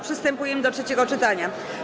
Przystępujemy do trzeciego czytania.